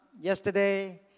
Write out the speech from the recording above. yesterday